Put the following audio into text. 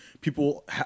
people